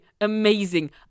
amazing